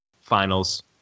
finals